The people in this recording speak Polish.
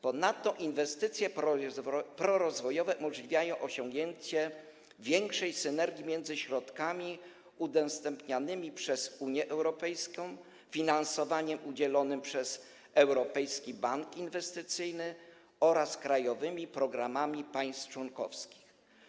Ponadto inwestycje prorozwojowe umożliwiają osiągnięcie większej synergii między środkami udostępnianymi przez UE, finansowaniem udzielonym przez Europejski Bank Inwestycyjny oraz krajowymi programami państw członkowskich.